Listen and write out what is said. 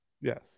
Yes